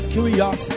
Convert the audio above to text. Curious